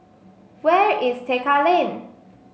where is Tekka Lane